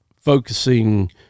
focusing